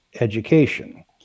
education